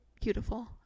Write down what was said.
beautiful